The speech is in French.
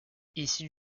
issu